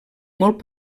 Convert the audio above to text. molt